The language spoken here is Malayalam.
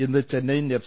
ഇന്ന് ചെന്നൈയിൻ എഫ്